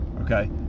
Okay